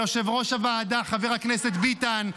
ליושב-ראש הוועדה חבר הכנסת ביטן,